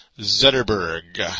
Zetterberg